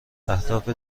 اهداف